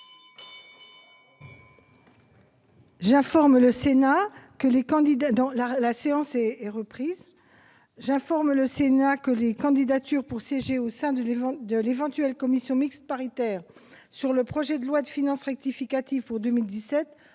J'informe le Sénat que des candidatures pour siéger au sein de l'éventuelle commission mixte paritaire sur le projet de loi de finances rectificative pour 2017